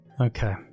okay